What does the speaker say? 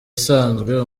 isanzwe